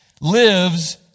lives